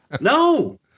No